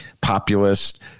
populist